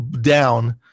down